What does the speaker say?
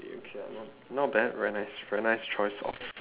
okay not not bad very nice very nice choice of